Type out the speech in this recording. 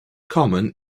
common